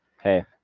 Hey